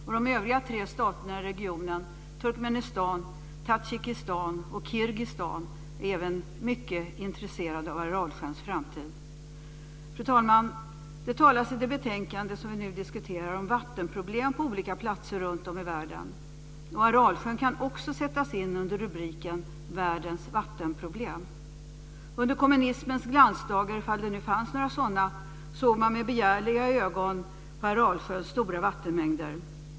Tadzjikistan och Kirgizistan, är även mycket intresserade av Aralsjöns framtid. Fru talman! I det betänkande som vi nu diskuterar talas det om vattenproblem på olika platser runtom i världen. Aralsjön kan också sättas in under rubriken Under kommunismens glansdagar - om det nu fanns några sådana - såg man med begärliga ögon på Aralsjöns stora vattenmängder.